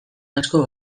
asko